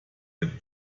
mit